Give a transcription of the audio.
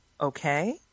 Okay